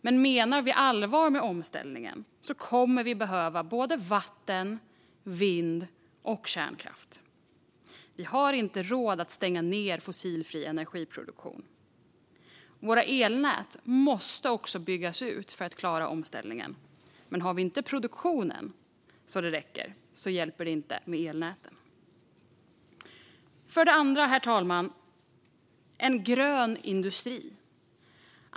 Men menar vi allvar med omställningen kommer vi att behöva vi både vatten, vind och kärnkraft. Vi har inte råd att stänga ned fossilfri energiproduktion. Våra elnät måste också byggas ut, men har vi inte den produktion som krävs hjälper inte elnäten. För det andra behöver vi en grön industri.